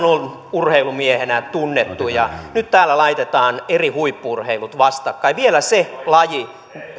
on urheilumiehenä tunnettu ja nyt täällä laitetaan eri huippu urheilut vastakkain vielä se laji